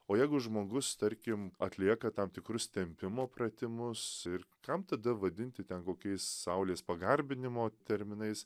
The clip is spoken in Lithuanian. o jeigu žmogus tarkim atlieka tam tikrus tempimo pratimus ir kam tada vadinti ten kokiais saulės pagarbinimo terminais